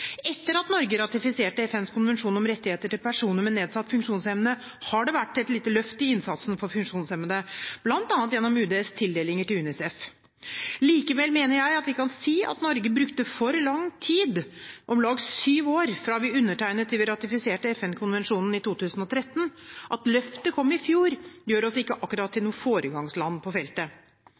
Etter at Norge ratifiserte FNs konvensjon om rettigheter til personer med nedsatt funksjonsevne, har det vært et lite løft i innsatsen for funksjonshemmede, bl.a. gjennom UDs tildelinger til UNICEF. Likevel mener jeg vi kan si at Norge brukte for lang tid – om lag syv år fra vi undertegnet til vi ratifiserte FN-konvensjonen i 2013. At løftet kom i fjor, gjør oss ikke akkurat til noe foregangsland på feltet.